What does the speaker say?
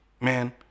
Man